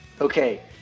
Okay